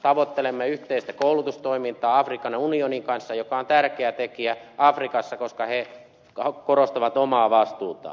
tavoittelemme yhteistä koulutustoimintaa afrikan unionin kanssa joka on tärkeä tekijä afrikassa koska se korostaa omaa vastuutaan